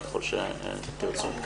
אם תרצו.